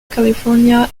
california